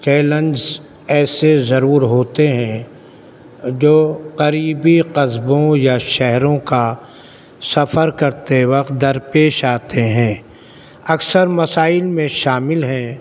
challenges ایسے ضرور ہوتے ہیں جو قریبی قصبوں یا شہروں کا سفر کرتے وقت درپیش آتے ہیں اکثر مسائل میں شامل ہیں